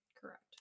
Correct